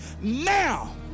now